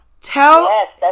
Tell